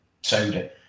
soda